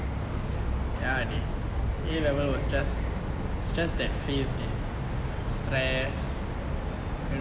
ya a level was just stress that phase stress